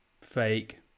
fake